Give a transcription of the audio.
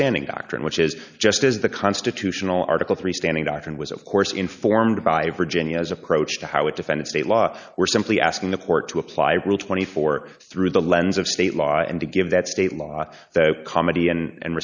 standing doctrine which is just as the constitutional article three standing doctrine was of course informed by virginia's approach to how it defended state law were simply asking the court to apply rule twenty four through the lens of state law and to give that state law that comedy and